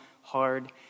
hard